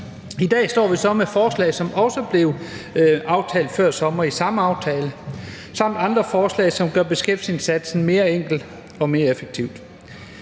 I dag står vi så med et forslag, som også blev aftalt før sommer i forbindelse med den samme aftale sammen med andre forslag, som gør beskæftigelsesindsatsen mere enkel og mere effektiv.